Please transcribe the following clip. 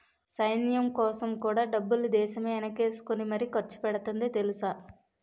సైన్యంకోసం కూడా డబ్బుల్ని దేశమే ఎనకేసుకుని మరీ ఖర్చుపెడతాంది తెలుసా?